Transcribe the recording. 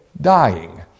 dying